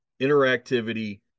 interactivity